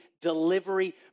delivery